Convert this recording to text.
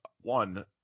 One